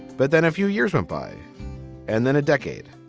but then a few years went by and then a decade.